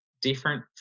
different